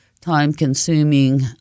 time-consuming